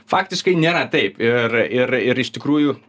faktiškai nėra taip ir ir ir ir iš tikrųjų